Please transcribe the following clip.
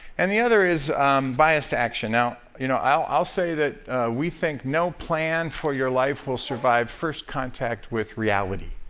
and the other is biased action. now, you know, i'll i'll say that we think no plan for your life will survive first contact with reality.